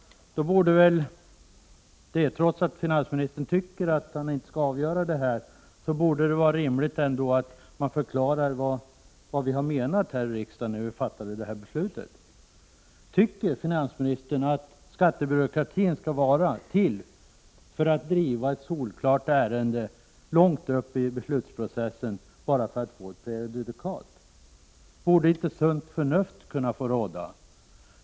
Trots att finansministern inte tycker att han borde avgöra sådana här frågor, borde det ändå vara rimligt att vi i riksdagen förklarade vad vi menade då vi fattade beslutet om de nya reglerna. Tycker finansministern att skattebyråkratin skall vara till för att driva ett solklart ärende långt upp i beslutsprocessen, bara för att vi skall få ett prejudikat? Borde inte sunt förnuft få råda?